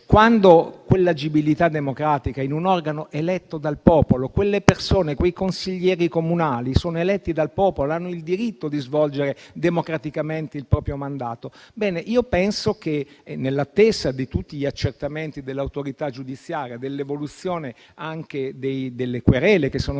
sull'agibilità democratica in un organo eletto dal popolo, perché quelle persone, quei consiglieri comunali sono eletti dal popolo e hanno il diritto di svolgere democraticamente il proprio mandato. Ebbene, nell'attesa di tutti gli accertamenti dell'autorità giudiziaria e anche dell'evoluzione delle querele che sono state